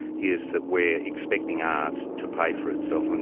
is that we are expecting art to pay for itself, and